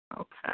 Okay